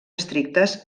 estrictes